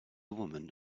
woman